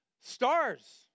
Stars